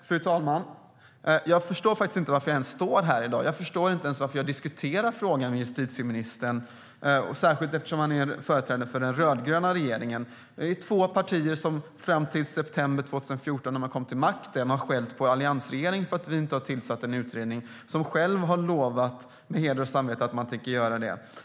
Fru talman! Jag förstår faktiskt inte varför jag ens står här i dag. Jag förstår inte varför jag diskuterar frågan med justitieministern, särskilt eftersom han företräder den rödgröna regeringen. Den består av två partier som, fram till att de kom till makten i september 2014, skällde på den tidigare alliansregeringen för att vi inte tillsatte denna utredning. De har själva lovat på heder och samvete att de tänker göra det.